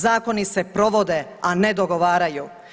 Zakoni se provode, a ne dogovaraju.